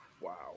wow